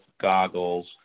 goggles